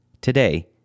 today